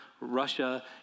Russia